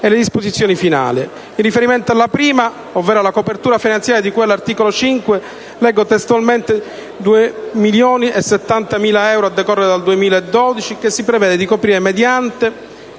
e le disposizioni finali. Con riferimento alla prima, ovvero alla copertura finanziaria, di cui all'articolo 5, l'onere è quantificato in 2.070.000 euro a decorrere dal 2012, che si prevede di coprire mediante